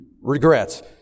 regrets